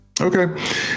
Okay